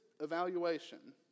evaluation